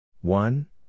One